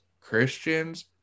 Christians